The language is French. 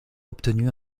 obtenu